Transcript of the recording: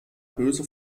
böse